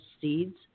seeds